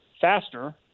faster